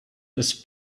ist